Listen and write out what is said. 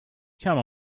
come